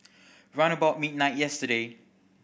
round about midnight yesterday